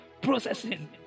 Processing